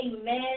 Amen